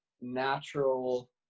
natural